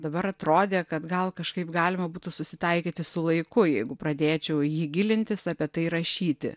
dabar atrodė kad gal kažkaip galima būtų susitaikyti su laiku jeigu pradėčiau į jį gilintis apie tai rašyti